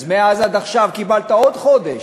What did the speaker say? אז מאז עד עכשיו קיבלת עוד חודש,